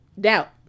doubt